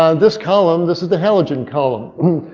ah this column, this is the halogen column,